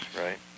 right